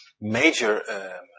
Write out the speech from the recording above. major